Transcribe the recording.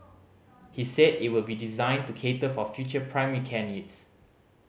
he said it will be designed to cater for future primary care needs